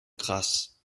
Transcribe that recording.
krass